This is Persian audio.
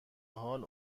حال